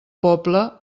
poble